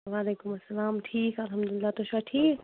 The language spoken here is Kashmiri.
وعلیکُم اسَلام ٹھیٖک اَلحَمدُللّہ تُہۍ چھِوا ٹھیٖک